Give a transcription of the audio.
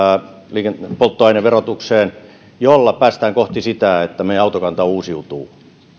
ja polttoaineverotukseen joilla päästään kohti sitä että meidän autokantamme uusiutuu